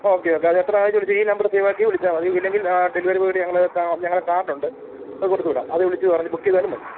okay okay അത് എത്രയാണെന്ന് വെച്ചാൽ വിളിച്ചാൽ ഈ നമ്പർ സേവ് ആക്കി വിളിച്ചാൽ മതി ഇല്ലെങ്കിൽ ഡെലിവറി ബോയോട് ഞങ്ങൾ ഞങ്ങളുടെ കാർഡ് ഉണ്ട് അത് കൊടുത്ത് വിടാം അതിൽ വിളിച്ച് പറഞ്ഞ് ബുക്ക് ചെയ്താലും മതി